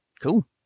Cool